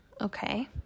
okay